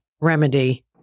remedy